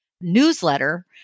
newsletter